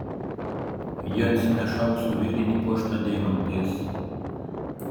ji atsineša aukso vėrinį puoštą deimantais